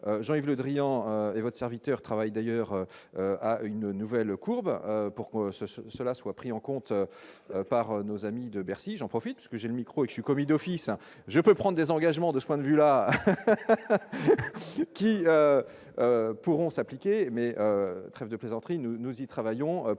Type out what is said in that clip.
Jean-Yves Le Drian et votre serviteur travaille d'ailleurs à une nouvelle courbe pourquoi ce ce que cela soit pris en compte par nos amis de Bercy, j'en profite ce que j'ai le micro commis d'office. Je peux prendre des engagements de ce point de vue-là qui pourront s'appliquer, mais. Chef de plaisanterie, nous nous y travaillons